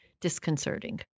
disconcerting